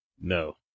No